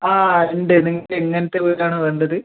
ആ ഉണ്ട് നിങ്ങൾക്ക് എങ്ങനത്തെ വീടാണ് വേണ്ടത്